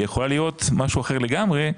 והיא יכולה להיות משהו אחר לגמרי,